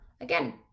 again